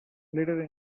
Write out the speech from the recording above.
later